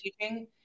teaching